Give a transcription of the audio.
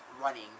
running